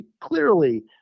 clearly